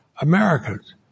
Americans